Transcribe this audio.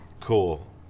cool